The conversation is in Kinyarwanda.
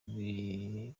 bitangirira